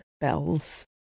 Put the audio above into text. bells